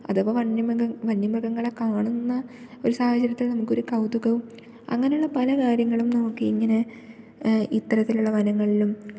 അഥവാ വന്യമൃഗങ്ങളെ കാണുന്ന ഒരു സാഹചര്യത്തിൽ നമുക്കൊരു കൗതുകവും അങ്ങനെയുള്ള പല കാര്യങ്ങളും നോക്കി ഇങ്ങനെ ഇത്തരത്തിലുള്ള വനങ്ങളിലും